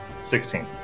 Sixteen